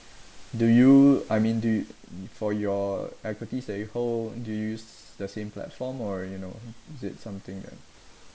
do you I mean do you for your equities that you hold do you use the same platform or you know is it something that